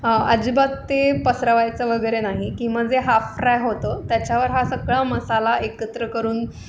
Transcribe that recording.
अजिबात ते पसरावायचं वगैरे नाही किंवा जे हाफ फ्राय होतं त्याच्यावर हा सगळा मसाला एकत्र करून